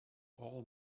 all